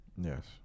Yes